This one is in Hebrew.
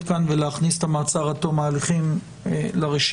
כאן ולהכניס את המעצר עד תום ההליכים לרשימה.